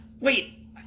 wait